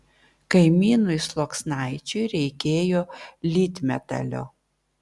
kaimynui sluoksnaičiui reikėjo lydmetalio